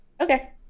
Okay